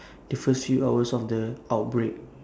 the first few hours of the outbreak